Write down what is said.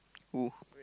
who